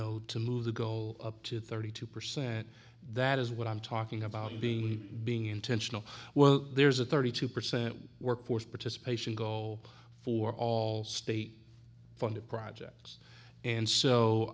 know to move the goal up to thirty two percent that is what i'm talking about being really being intentional well there's a thirty two percent workforce participation goal for all state funded projects and so